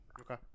Okay